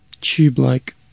tube-like